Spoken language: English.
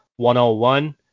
101